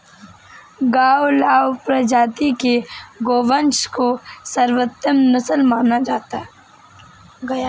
गावलाव प्रजाति के गोवंश को सर्वोत्तम नस्ल माना गया है